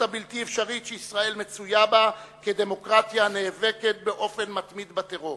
הבלתי-אפשרית שישראל מצויה בה כדמוקרטיה הנאבקת באופן מתמיד בטרור.